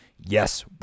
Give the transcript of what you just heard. Yes